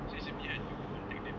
so it's a bit hard to contact them